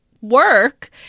work